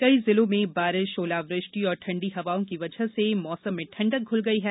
कई जिलों में बारिश ओलावृष्टि और ठंडी हवाओं की वजह से मौसम में ठंडक घुल गई है